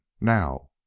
Now